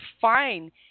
fine